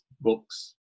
books